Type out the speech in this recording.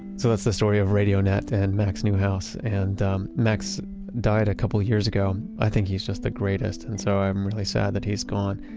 so that's the story of radio net and max neuhaus. and um max died a couple of years ago. i think he's just the greatest and so i'm really sad that he's gone.